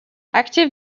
active